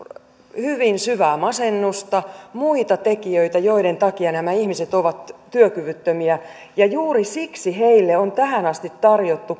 hyvin syvää masennusta muita tekijöitä joiden takia nämä ihmiset ovat työkyvyttömiä juuri siksi heille on tähän asti tarjottu